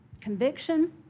conviction